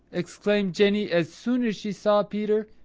exclaimed jenny as soon as she saw peter.